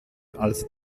als